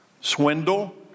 Swindle